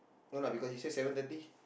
no lah because you say seven thirty